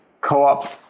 co-op